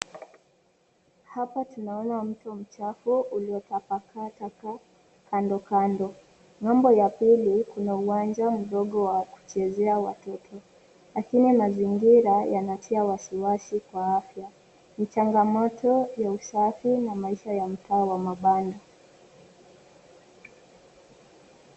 Hapa tunaona mto mchafu uliotapakaa taka kando kando.Ng'ambo ya pili kuna uwanja mdogo wa kuchezea watoto lakini mazingira yanatia wasiwasi kwa afya. Ni changamoto ya usafi na maisha ya mtaa wa mabanda.